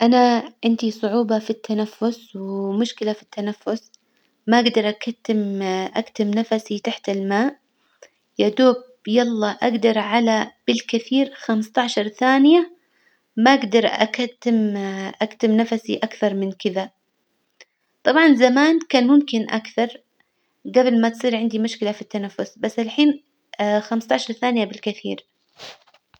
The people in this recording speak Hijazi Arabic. أنا عندي صعوبة في التنفس، ومشكلة في التنفس، ما أجدر أكتم أكتم نفسي تحت الماء، يا دوب يلا أجدر على بالكثير خمسطعشر ثانية، ما أجدر أكتم أكتم نفسي أكثر من كذا، طبعا زمان كان ممكن أكثر جبل ما تصير عندي مشكلة في التنفس، بس الحين خمسطعشر ثانية بالكثير.